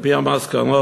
על-פי המסקנות,